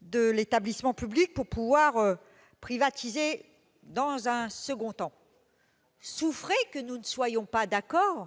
d'établissement public pour pouvoir privatiser dans un second temps. Souffrez que nous ne soyons pas d'accord.